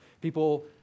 People